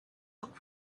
took